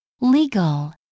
legal